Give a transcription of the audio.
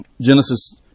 Genesis